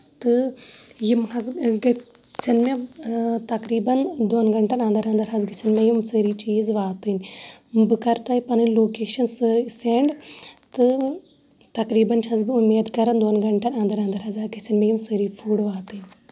تہٕ یِم حظ گٔژھِن مےٚ تقریٖباً دوٚن گنٹن اَندر اَندر حظ گژھِنۍ مےٚ یِم سٲری چیٖز واتٕنۍ بہٕ کرٕ تۄہہِ پَنٕنۍ لوکیشن سینٛڈ تہٕ تقریٖباً چھَس بہٕ اُمید کران دوٚن گنٹن اندر گژھن مےٚ یِم سٲری فوٚڑ واتٕنۍ